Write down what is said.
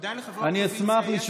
עדיין לחברי אופוזיציה יש